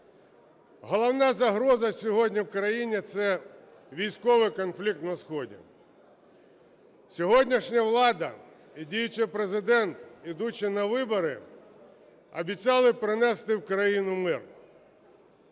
Головна загроза сьогодні в країні – це військовий конфлікт на сході. Сьогоднішня влада і діючий Президент, йдучи на вибори, обіцяли принести в країну мир.